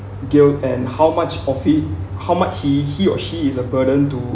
guilt and how much of it how much he he or she is a burden to